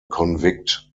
convict